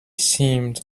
seemed